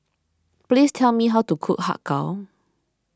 please tell me how to cook Har Kow